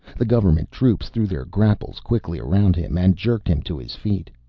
the government troops threw their grapples quickly around him and jerked him to his feet.